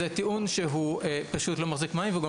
זה טיעון שהוא פשוט לא מחזיק מים וגם